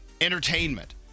Entertainment